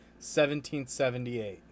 1778